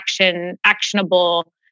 actionable